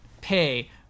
pay